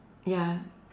ya